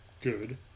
good